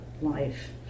life